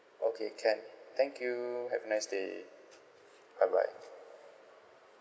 okay can thank you have a nice day bye bye